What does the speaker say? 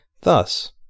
Thus